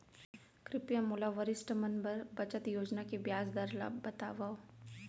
कृपया मोला वरिष्ठ मन बर बचत योजना के ब्याज दर ला बतावव